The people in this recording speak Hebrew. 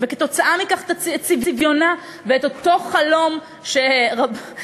וכתוצאה מכך תאבד את צביונה ואת אותו חלום שרבים